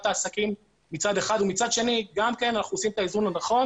העסקים מצד אחד ומצד שני אנחנו עושים את האיזון הנכון